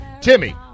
Timmy